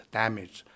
damage